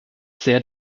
sehr